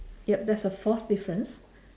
yup that's the fourth difference